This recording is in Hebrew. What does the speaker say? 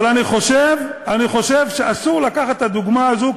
אבל אני חושב שאסור לקחת את הדוגמה הזאת,